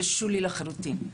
זה שולי לחלוטין.